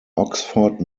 oxford